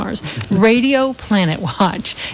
Radioplanetwatch